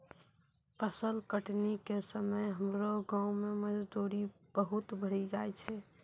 फसल कटनी के समय हमरो गांव मॅ मजदूरी बहुत बढ़ी जाय छै